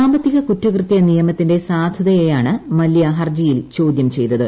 സാമ്പത്തിക കുറ്റകൃത്യ നിയമത്തിന്റെ സാധുതയെയാണ് മല്ല്യ ഹർജിയിൽ ചോദ്യം ചെയ്തത്